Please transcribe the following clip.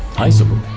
possible.